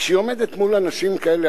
כשהיא עומדת מול אנשים כאלה.